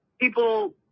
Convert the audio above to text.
people